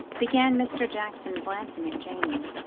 began mr. jackson, glancing at janey.